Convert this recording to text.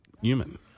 human